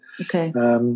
Okay